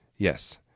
Yes